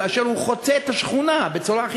כאשר הוא חוצה את השכונה בצורה הכי,